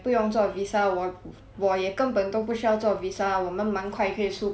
我也根本都不需要做 visa 我们蛮快可以出国可以省蛮多钱的 leh